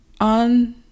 On